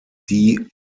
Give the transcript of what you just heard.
die